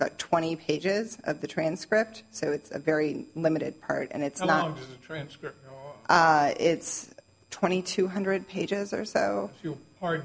about twenty pages of the transcript so it's a very limited part and it's not french it's twenty two hundred pages or so